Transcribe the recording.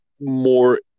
More